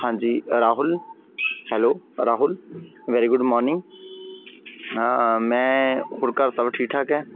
ਹਾਂਜੀ Rahul hello Rahul very good morning ਮੈਂ ਹੋਰ ਘਰ ਸਭ ਠੀਕ ਠਾਕ ਹੈ